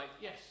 yes